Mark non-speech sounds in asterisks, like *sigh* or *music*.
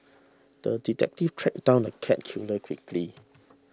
the detective tracked down the cat killer quickly *noise*